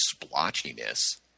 splotchiness